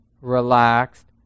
relaxed